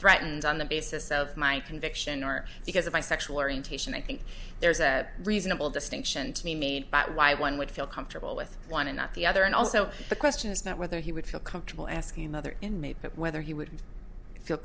threatens on the basis of my conviction or because of my sexual orientation i think there's a reasonable distinction to be made but why one would feel comfortable with one and not the other and also the question is not whether he would feel comfortable asking another inmate but whether he would feel